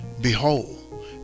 Behold